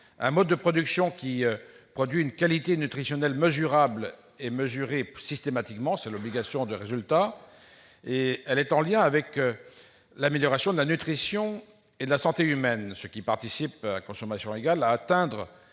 Ce mode de production produit une qualité nutritionnelle mesurable et mesurée systématiquement ; c'est une obligation de résultat. Elle est en lien avec une amélioration de la nutrition et de la santé humaine, ce qui contribue, à consommation égale, à atteindre